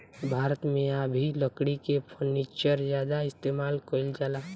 भारत मे आ भी लकड़ी के फर्नीचर ज्यादा इस्तेमाल कईल जाला